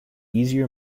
easier